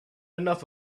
enough